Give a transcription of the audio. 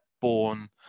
born